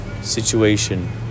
situation